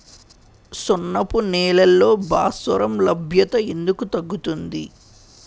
సున్నపు నేలల్లో భాస్వరం లభ్యత ఎందుకు తగ్గుతుంది?